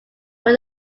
but